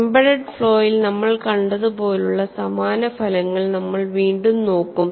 embedded ഫ്ലോയിൽ നമ്മൾ കണ്ടതുപോലുള്ള സമാന ഫലങ്ങൾ നമ്മൾ വീണ്ടും നോക്കും